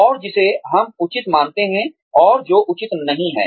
और जिसे हम उचित मानते हैं और जो उचित नहीं है